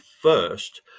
first